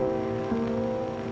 or